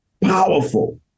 powerful